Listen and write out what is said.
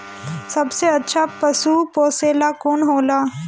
सबसे अच्छा पशु पोसेला कौन होला?